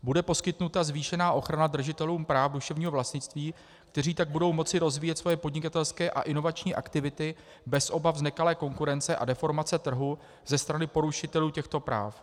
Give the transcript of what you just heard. Bude poskytnuta zvýšená ochrana držitelům práv duševního vlastnictví, kteří tak budou moci rozvíjet svoje podnikatelské a inovační aktivity bez obav z nekalé konkurence a deformace trhu ze strany porušitelů těchto práv.